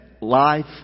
life